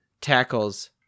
tackles